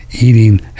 eating